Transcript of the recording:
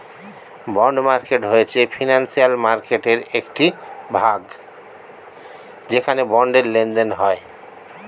bond market হয়েছে financial মার্কেটয়ের একটি ভাগ যেখানে বন্ডের লেনদেন হয়